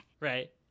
Right